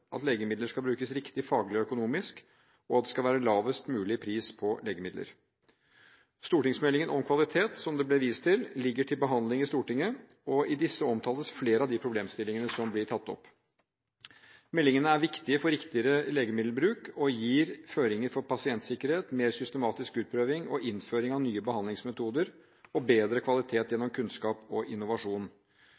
at legemidler skal brukes riktig faglig og økonomisk, og at det skal være lavest mulig pris på legemidler. Stortingsmeldingen om kvalitet, som det ble vist til, ligger til behandling i Stortinget, og i disse omtales flere av de problemstillingene som blir tatt opp. Meldingene er viktige for riktigere legemiddelbruk og gir føringer for pasientsikkerhet, mer systematisk utprøving og innføring av nye behandlingsmetoder og bedre kvalitet